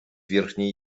верхний